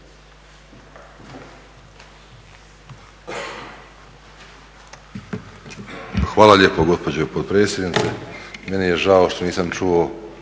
Hvala lijepo gospođo potpredsjednice.